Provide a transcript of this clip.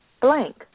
blank